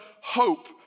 hope